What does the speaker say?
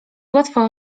łatwo